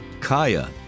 Kaya